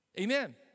Amen